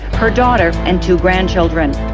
her daughter, and two grandchildren.